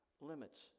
Limits